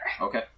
Okay